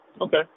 Okay